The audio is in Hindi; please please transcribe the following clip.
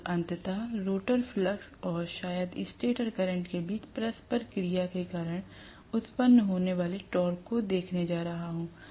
और मैं अंततः रोटर फ्लक्स और शायद स्टेटर करंट के बीच परस्पर क्रिया के कारण उत्पन्न होने वाले टॉर्क को देखने जा रहा हूं